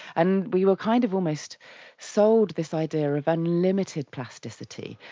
and we were kind of almost sold this idea of unlimited plasticity,